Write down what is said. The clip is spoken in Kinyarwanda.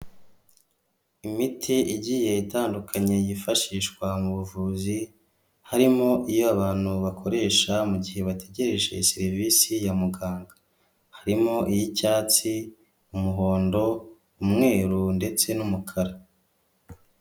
Imiti igiye itandukanye yifashishwa mu buvuzi harimo iyo abantu bakoresha mu gihe bategereje serivise ya muganga. Harimo iy'icyatsi, umuhondo, umweru ndetse n'umukara.